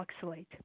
oxalate